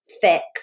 fix